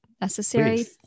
necessary